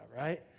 right